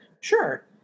Sure